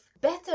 better